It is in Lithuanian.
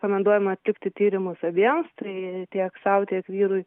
rekomenduojama atlikti tyrimus abiems tai tiek sau tiek vyrui